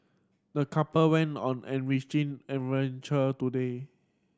the couple went on an enriching adventure today